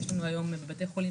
יש לנו בבתי חולים,